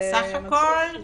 יופי.